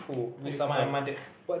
with my mother